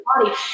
body